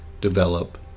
develop